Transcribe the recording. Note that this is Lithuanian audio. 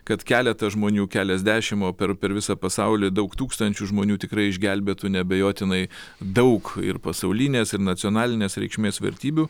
kad keletas žmonių keliasdešimt o per per visą pasaulį daug tūkstančių žmonių tikrai išgelbėtų neabejotinai daug ir pasaulinės ir nacionalinės reikšmės vertybių